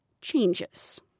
changes